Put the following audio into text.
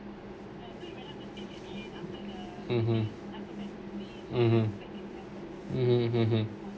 (uh huh)